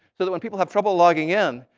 so that when people have trouble logging in,